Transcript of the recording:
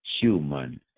human